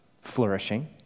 flourishing